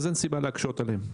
אז אין סיבה להקשות עליהם.